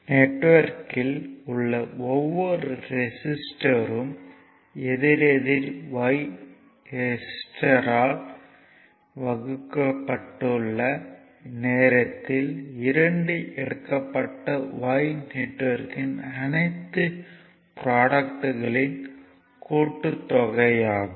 நெட்வொர்க்கில் உள்ள ஒவ்வொரு ரெசிஸ்டர்யும் எதிரெதிர் Y ரெசிஸ்டர்யால் வகுக்கப்பட்டுள்ள நேரத்தில் இரண்டு எடுக்கப்பட்ட y ரெசிஸ்டர்களின் அனைத்து ப்ரோட்க்ட்களின் கூட்டுத்தொகையாகும்